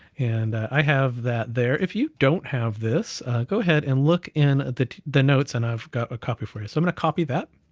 and i have that there. if you don't have this go ahead, and look in the the notes, and i've got a copy for you. so i'm gonna copy that.